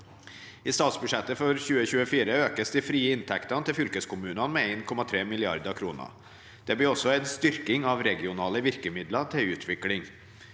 I statsbudsjettet for 2024 økes de frie inntektene til fylkeskommunene med 1,3 mrd. kr. Det blir også en styrking av regionale virkemidler til utvikling.